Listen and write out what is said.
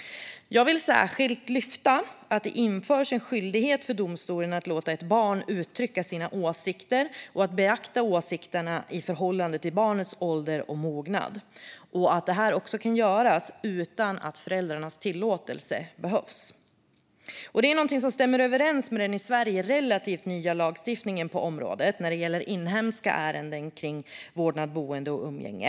Jag vill särskilt lyfta att det införs en skyldighet för domstolen att låta ett barn uttrycka sina åsikter och att beakta åsikterna i förhållande till barnets ålder och mognad. Det här kan också göras utan att föräldrars tillåtelse behövs. Detta är något som stämmer överens med den i Sverige relativt nya lagstiftningen på området när det gäller inhemska ärenden om vårdnad, boende och umgänge.